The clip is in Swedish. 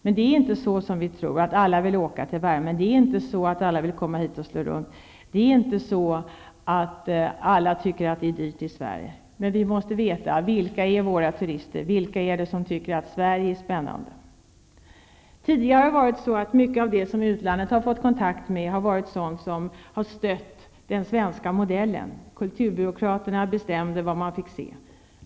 Men det är inte så att alla vill åka till värmen, och det är inte så att alla vill komma hit och slå runt. Alla tycker inte att det är dyrt i Sverige. Men vi måste veta vilka som är våra turister, vilka som tycker att Sverige är spännande. Tidigare har det varit så att mycket av det utlandet har fått kontakt med har varit sådant som har stött den svenska modellen, kulturbyråkraterna bestämde vad man fick se.